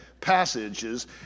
passages